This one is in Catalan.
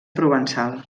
provençal